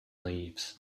leaves